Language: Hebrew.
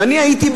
שאני הייתי,